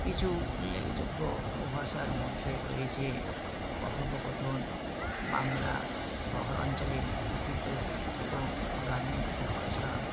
কিছু উল্লেখযোগ্য উপভাষার মধ্যে রয়েছে কথোপকথন বাংলা শহরাঞ্চলে কথিত এবং গ্রামীণ উপভাষা